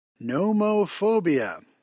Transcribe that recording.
Nomophobia